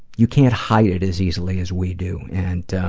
you can't hide it as easily as we do and.